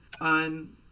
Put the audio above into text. on